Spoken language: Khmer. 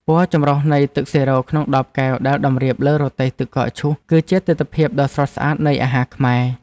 ពណ៌ចម្រុះនៃទឹកសេរ៉ូក្នុងដបកែវដែលតម្រៀបលើរទេះទឹកកកឈូសគឺជាទិដ្ឋភាពដ៏ស្រស់ស្អាតនៃអាហារខ្មែរ។